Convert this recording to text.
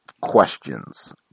Questions